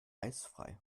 eisfrei